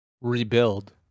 Rebuild